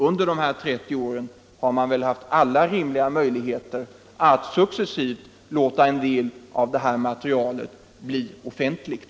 Under dessa 30 år har man väl haft alla rimliga möjligheter att successivt låta en del av materialet bli offentligt.